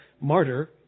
martyr